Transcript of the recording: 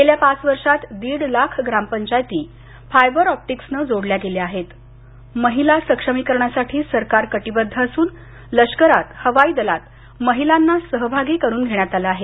गेल्या पाच वर्षात दीड लाख ग्रामपंचायती फायबर ऑप्टीक्सनं जोडल्या गेल्या आहेत महिला सक्षमीकरणासाठी सरकार कटिबद्ध असून लष्करात हवाई दलात महिलांना सहभागी करून घेण्यात आलं आहे